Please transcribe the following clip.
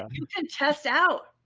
um you can test out.